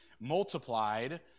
multiplied